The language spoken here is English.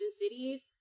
cities